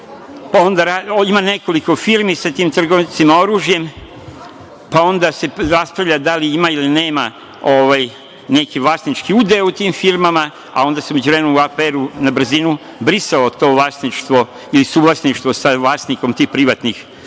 Onda ima nekoliko firmi sa tim trgovcima oružjem, pa onda se raspravlja da li ima ili nema neki vlasnički udeo u tim firmama. Onda se u međuvremenu u APR na brzinu brisalo to vlasništvo ili suvlasništvo sa vlasnikom tih privatnih